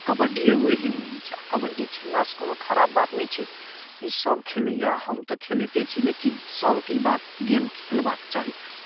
कबड्डी एगो एहन गेम छै आओर कबड्डी खेललासँ कोनो खराब बात नहि छै ई सब खेलैये आओर हम तऽ खेलैते छी लेकिन सबके ई बात गेम खेलबाके चाही